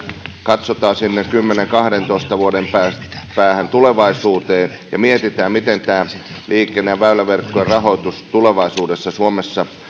katsotaan sinne kymmenen viiva kahdentoista vuoden päähän tulevaisuuteen ja mietitään miten tämä liikenne ja väyläverkkojen rahoitus tulevaisuudessa suomessa